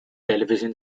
television